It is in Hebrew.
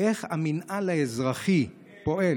איך המנהל האזרחי פועל